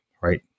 right